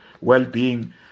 well-being